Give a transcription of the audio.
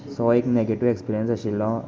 so एक negative experience आशिल्लो